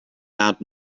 loud